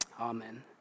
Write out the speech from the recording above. Amen